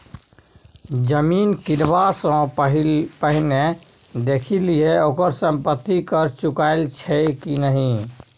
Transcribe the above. जमीन किनबा सँ पहिने देखि लिहें ओकर संपत्ति कर चुकायल छै कि नहि?